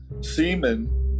semen